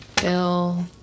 Bill